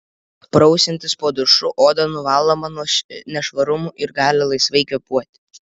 prausiantis po dušu oda nuvaloma nuo nešvarumų ir gali laisvai kvėpuoti